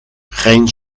geen